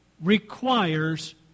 requires